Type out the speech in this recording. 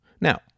Now